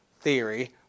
theory